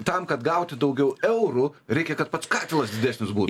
tam kad gauti daugiau eurų reikia kad pats katilas didesnis būt